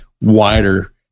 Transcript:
wider